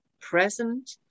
present